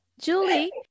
Julie